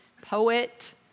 poet